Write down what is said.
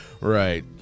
Right